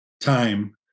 time